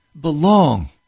belong